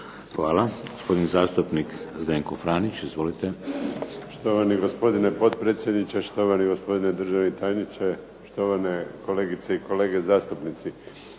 Hvala. Gospodin zastupnik Zdenko Franić. Izvolite. **Franić, Zdenko (SDP)** Štovani gospodine potpredsjedniče, štovani gospodine državni tajniče, štovane kolegice i kolege zastupnici.